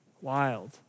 wild